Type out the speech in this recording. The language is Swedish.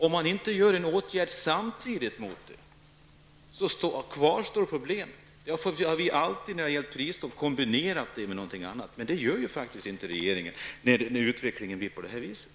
Vidtas inte samtidiga åtgärder kvarstår problemen. Vid prisstopp har vi alltid kombinerat med någonting annat. När nu utvecklingen blir på det här viset gör ju regeringen inte detta.